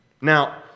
Now